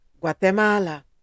Guatemala